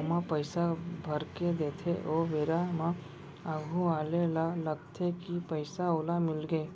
ओमा पइसा भरके देथे ओ बेरा म आघू वाले ल लगथे कि पइसा ओला मिलगे